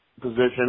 position